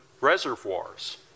reservoirs